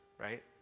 right